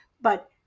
but-